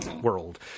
world